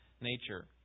nature